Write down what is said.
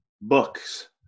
books